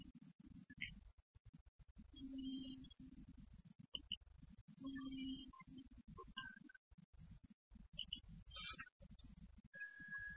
यह करंट है जो रेजिस्टेंस RL के माध्यम से बह रहा है मान लीजिए कि हमने रेजिस्टेंस RL को जोड़ा है